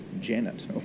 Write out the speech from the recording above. Janet